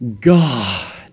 God